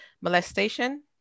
molestation